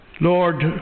Lord